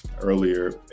earlier